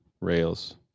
rails